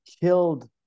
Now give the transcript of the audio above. killed